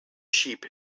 sheep